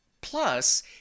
Plus